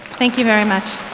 thank you very much.